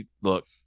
look